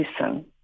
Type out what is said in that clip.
listen